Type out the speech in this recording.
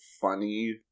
funny